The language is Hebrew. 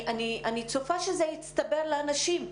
אני צופה שזה יצטבר לאנשים.